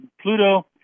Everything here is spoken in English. Pluto